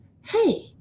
hey